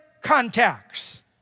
contacts